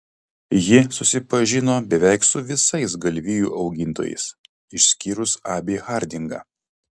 ji susipažino beveik su visais galvijų augintojais išskyrus abį hardingą